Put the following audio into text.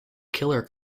killer